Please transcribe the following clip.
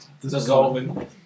dissolving